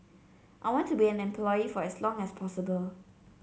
I want to be an employee for as long as possible